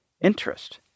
interest